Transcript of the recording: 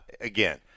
again